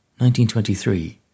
1923